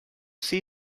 see